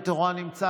ניר ברקת,